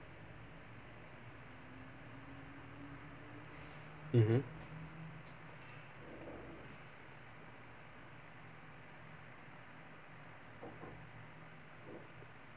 mmhmm